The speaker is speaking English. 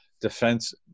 Defense